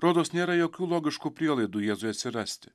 rodos nėra jokių logiškų prielaidų jėzui atsirasti